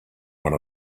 one